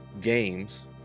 games